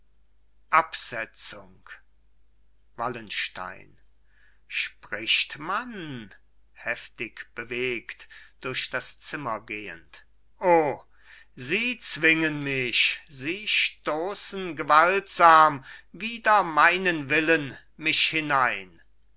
absetzung wallenstein spricht man heftig bewegt durch das zimmer gehend o sie zwingen mich sie stoßen gewaltsam wider meinen willen mich hinein